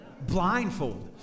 Blindfolded